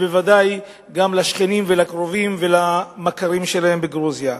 ובוודאי גם לשכנים ולקרובים ולמכרים שלהם בגרוזיה.